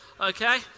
okay